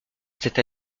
cette